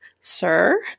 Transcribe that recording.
sir